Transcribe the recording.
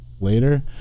later